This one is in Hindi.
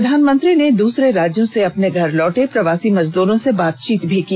प्रधानमंत्री ने दूसरे राज्यों से अपने घर लौटे प्रवासी मजदूरों से बातचीत भी की